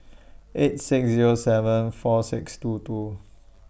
eight six Zero seven four six two two